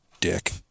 dick